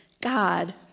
God